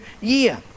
year